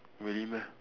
really meh